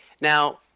Now